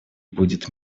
будет